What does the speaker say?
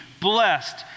blessed